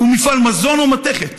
הוא מפעל מזון או מתכת,